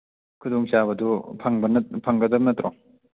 ꯈꯨꯗꯣꯡꯆꯥꯕꯗꯨ ꯐꯪꯒꯗꯝ ꯅꯠꯇ꯭ꯔꯣ